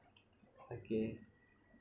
okay